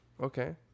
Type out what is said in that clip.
Okay